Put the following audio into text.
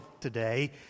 today